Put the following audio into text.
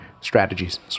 strategies